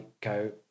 go